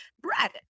Bread